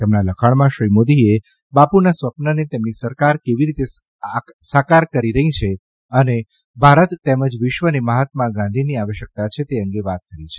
તેમના લખાણમાં શ્રી મોદીએ બાપુના સ્વપ્નને તેમની સરકાર કેવી રીતે સાકાર કરી રહી છે અને ભારત તેમજ વિશ્વને મહાત્મા ગાંધીની આવશ્યકતા છે તે અંગે વાત કરી છે